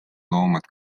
loomad